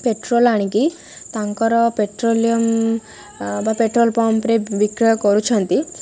petrol ଆଣିକି ତାଙ୍କର petroleum ବା ପେଟ୍ରୋଲ୍ ପମ୍ପରେ ବିକ୍ରୟ କରୁଛନ୍ତି